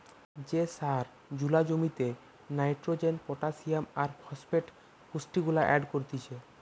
যে সার জুলা জমিতে নাইট্রোজেন, পটাসিয়াম আর ফসফেট পুষ্টিগুলা এড করতিছে